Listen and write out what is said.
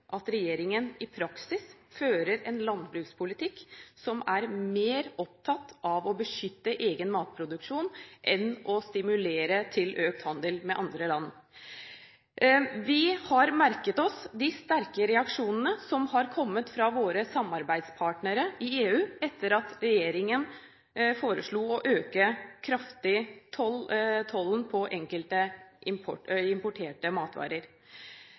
at regjeringen i praksis fører en landbrukspolitikk hvor en er mer opptatt av å beskytte egen matproduksjon enn av å stimulere til økt handel med andre land. Vi har merket oss de sterke reaksjonene som har kommet fra våre samarbeidspartnere i EU etter at regjeringen foreslo å øke kraftig tollen på enkelte importerte matvarer.